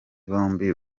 bombi